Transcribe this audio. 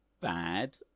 bad